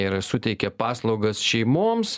ir suteikia paslaugas šeimoms